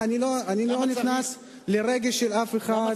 אני לא נכנס לרגש של אף אחד,